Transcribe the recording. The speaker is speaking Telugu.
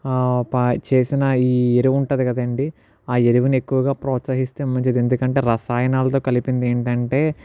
ప చేసిన ఈ ఎరువుంటుంది కదండీ ఆ ఎరువును ఎక్కువగా ప్రోత్సహిస్తే మంచిది ఎందుకంటే రసాయనాలతో కలిపింది ఏంటంటే